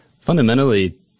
Fundamentally